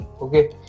Okay